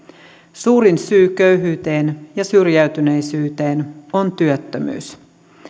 suurin syy köyhyyteen ja syrjäytyneisyyteen on työttömyys